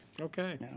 Okay